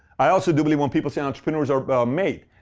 i also do believe when people say entrepreneurs are but um made.